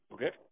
Okay